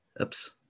Oops